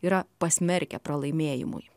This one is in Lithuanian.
yra pasmerkia pralaimėjimui